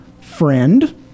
friend